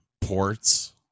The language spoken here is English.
Ports